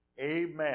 amen